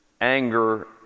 anger